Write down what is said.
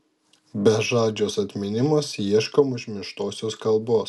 bežadžiuos atminimuos ieškom užmirštosios kalbos